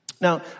Now